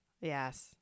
Yes